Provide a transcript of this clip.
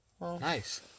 Nice